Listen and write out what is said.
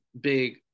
big